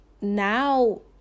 now